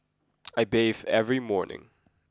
I bathe every morning